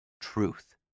truth